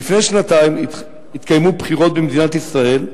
לפני שנתיים התקיימו בחירות במדינת ישראל,